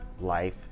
life